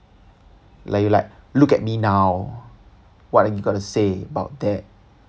like you like look at me now what you gotta say about that